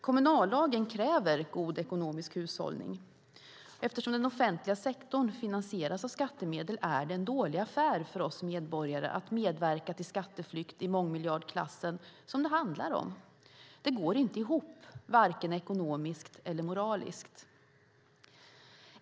Kommunallagen kräver god ekonomisk hushållning. Eftersom den offentliga sektorn finansieras av skattemedel är det en dålig affär för oss medborgare att medverka till skatteflykt i mångmiljardklassen, som det handlar om. Det går inte ihop, varken ekonomiskt eller moraliskt.